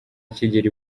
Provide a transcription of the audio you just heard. akigera